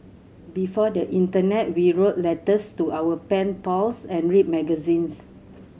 before the internet we wrote letters to our pen pals and read magazines